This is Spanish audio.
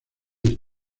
luís